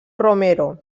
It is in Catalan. romero